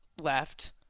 left